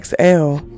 XL